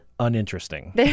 uninteresting